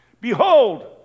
Behold